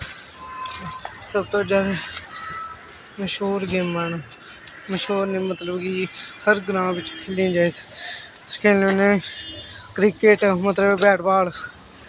सब तों ज्यादा मश्हूर गेमां न मश्हूर नि मतलब कि हर ग्रां बिच खेल्लियां जाई स अस खेलने होन्ने क्रिकेट मतलब बैट बाल